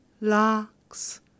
larks